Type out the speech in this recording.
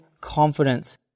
confidence